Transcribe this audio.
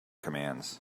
commands